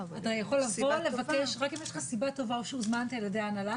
רק אם יש לך סיבה טובה או שהוזמנת על ידי ההנהלה,